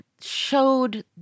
showed